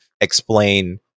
explain